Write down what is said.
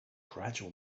gradual